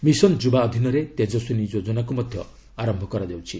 mission Yuva ଅଧୀନରେ ତେଜସ୍ୱିନୀ ଯୋଜନାକୁ ମଧ୍ୟ ଆରମ୍ଭ କରାଯାଉଛି